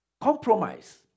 Compromise